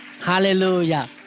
Hallelujah